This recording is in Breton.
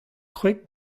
kwreg